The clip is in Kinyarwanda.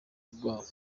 rwabo